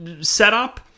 setup